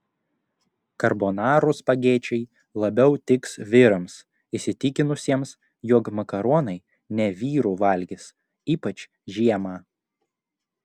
karbonarų spagečiai labiau tiks vyrams įsitikinusiems jog makaronai ne vyrų valgis ypač žiemą